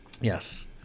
yes